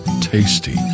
tasty